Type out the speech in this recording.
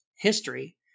history